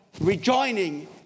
rejoining